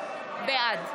בעד